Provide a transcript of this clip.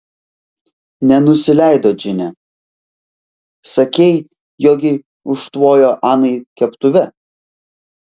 nenusileido džine sakei jogei užtvojo anai keptuve